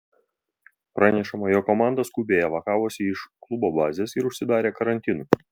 pranešama jog komanda skubiai evakavosi iš klubo bazės ir užsidarė karantinui